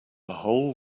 whole